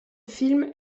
film